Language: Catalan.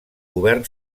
govern